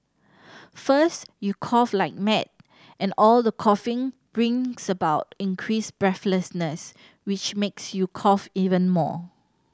first you cough like mad and all the coughing brings about increased breathlessness which makes you cough even more